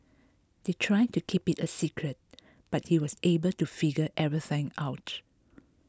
they tried to keep it a secret but he was able to figure everything out